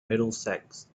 middlesex